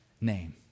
name